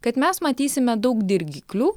kad mes matysime daug dirgiklių